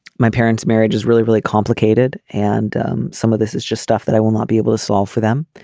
my parents marriage is really really complicated and some of this is just stuff that i will not be able to solve for them.